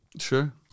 Sure